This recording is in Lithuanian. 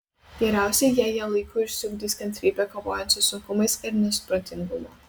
geriausia jei jie laiku išsiugdys kantrybę kovojant su sunkumais ir nesupratingumu